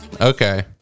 Okay